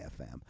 FM